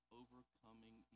overcoming